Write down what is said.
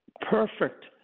perfect